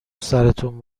سرتون